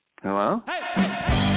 Hello